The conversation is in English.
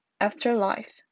afterlife